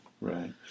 Right